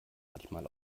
manchmal